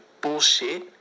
bullshit